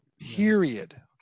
Period